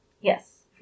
Yes